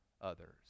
others